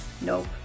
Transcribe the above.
Nope